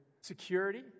security